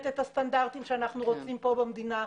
את הסטנדרטים שאנחנו רוצים פה במדינה.